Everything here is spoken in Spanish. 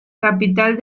capital